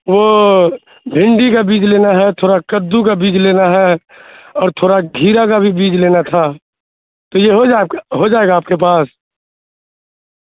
وہ بھنڈی کا بیج لینا ہے تھوڑا کدو کا بیج لینا ہے اور تھوڑا کھیرا کا بھی بیج لینا تھا تو یہ ہو جائے آپ ہو جائے گا آپ کے پاس